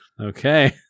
Okay